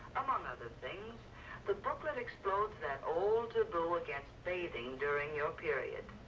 among other things the booklet explores that old taboo against bathing during your period.